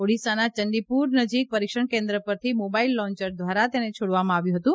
ઓડિશાના ચંડીપુર નજીક પરીક્ષણ કેન્દ્ર પરથી મોબાઇલ લોન્ચર દ્વારા તેને છોડવામાં આવ્યું હતું